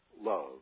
love